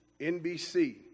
NBC